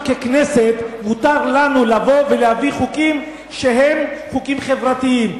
אנחנו ככנסת מותר לנו להביא חוקים שהם חוקים חברתיים,